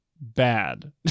bad